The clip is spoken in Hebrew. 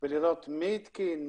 ולראות מי התקין,